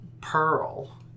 pearl